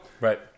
Right